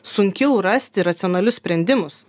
sunkiau rasti racionalius sprendimus